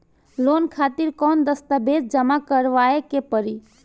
Loan खातिर कौनो दस्तावेज जमा करावे के पड़ी?